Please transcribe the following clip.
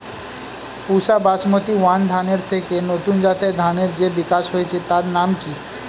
পুসা basmati one ধানের থেকে নতুন জাতের ধানের যে বিকাশ হয়েছে তার নাম কি?